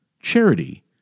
charity